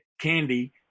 candy